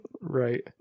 Right